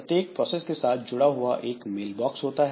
प्रत्येक प्रोसेस के साथ जुड़ा हुआ एक मेल बॉक्स होता है